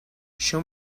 show